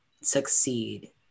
succeed